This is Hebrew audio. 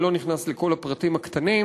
אני לא נכנס לכל הפרטים הקטנים,